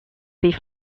beef